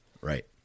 Right